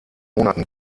monaten